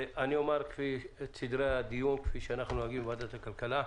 אני אומר את סדרי הדיון כפי שאנחנו נוהגים בוועדת הכלכלה.